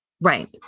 Right